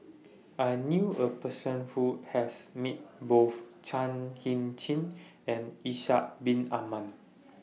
I knew A Person Who has Met Both Chan Heng Chee and Ishak Bin Ahmad